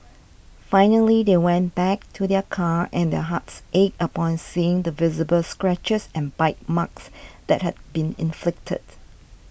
finally they went back to their car and their hearts ached upon seeing the visible scratches and bite marks that had been inflicted